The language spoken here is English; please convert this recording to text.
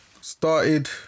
Started